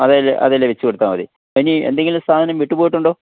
അത് അതെല്ലാം ലിസ്റ്റ് കൊടുത്താൽ മതി ഇനി എന്തെങ്കിലും സാധനം വിട്ടു പോയിട്ടുണ്ടോ